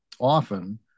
often